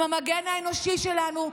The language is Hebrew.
הם המגן האנושי שלנו.